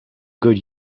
good